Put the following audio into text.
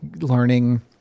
learning